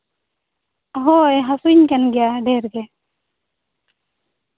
ᱦᱳᱭ ᱦᱟᱹᱥᱩᱧ ᱠᱟᱱ ᱜᱮᱭᱟ ᱰᱷᱮᱨ ᱜᱮ